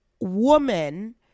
woman